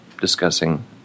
discussing